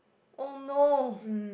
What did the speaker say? oh no